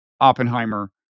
Oppenheimer